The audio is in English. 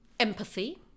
Empathy